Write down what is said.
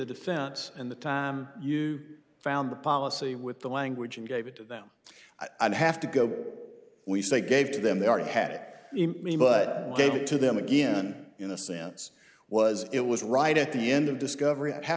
defense and the time you found the policy with the language and gave it to them i'd have to go we say gave to them they already had it at me but i gave it to them again in a sense was it was right at the end of discovery